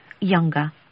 Younger